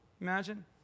Imagine